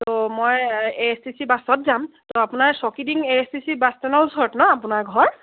ত' মই A S T C বাছত যাম ত' আপোনাৰ Chowkidinghee A S T C bus ষ্টেণ্ডৰ ওচৰত নহ্ আপোনাৰ ঘৰ